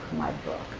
my book.